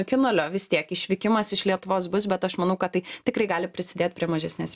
iki nulio vis tiek išvykimas iš lietuvos bus bet aš manau kad tai tikrai gali prisidėt prie mažesnės